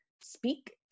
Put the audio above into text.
speak